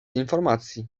informacji